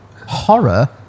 horror